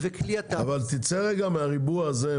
תצא לרגע מהריבוע הזה,